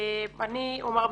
ראשית,